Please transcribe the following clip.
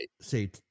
say